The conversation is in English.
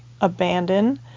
Abandon